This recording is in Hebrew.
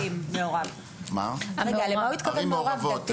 במה הוא התכוון במעורב?